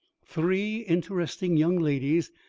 three interesting young ladies,